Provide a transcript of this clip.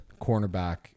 cornerback